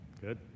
good